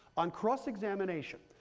on cross examination,